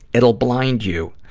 it'll blind you.